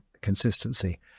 consistency